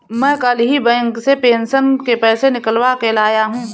मैं कल ही बैंक से पेंशन के पैसे निकलवा के लाया हूँ